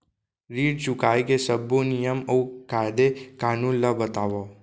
ऋण चुकाए के सब्बो नियम अऊ कायदे कानून ला बतावव